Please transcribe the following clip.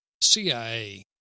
CIA